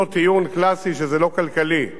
טיעון שהיה מוכר ולא קיבלתי אותו,